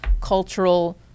cultural